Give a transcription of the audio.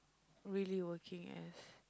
really working as